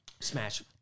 Smash